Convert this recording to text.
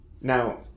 Now